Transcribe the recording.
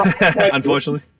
Unfortunately